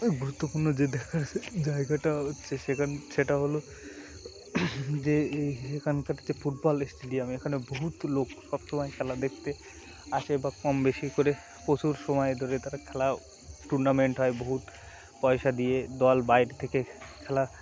গুরুত্বপূর্ণ যে দেখার জায়গাটা হচ্ছে সেখান সেটা হলো যে এই এখানকার যে ফুটবল স্টেডিয়াম এখানে বহুত লোক সব সমময় খেলা দেখতে আসে বা কম বেশি করে প্রচুর সময় ধরে তারা খেলা টুর্নামেন্ট হয় বহুত পয়সা দিয়ে দল বাইরে থেকে খেলা